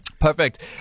Perfect